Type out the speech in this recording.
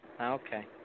Okay